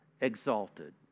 exalted